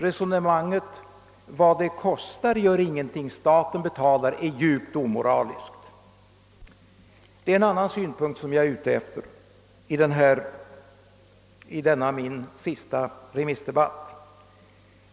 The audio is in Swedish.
Resonemanget »Vad det kostar gör ingenting, staten betalar» är djupt omoraliskt. Det är en annan synpunkt jag vill anlägga 1 denna min sista remissdebatt.